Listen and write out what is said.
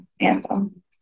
Anthem